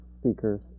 speakers